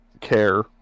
care